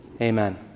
amen